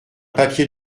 papier